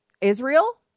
Israel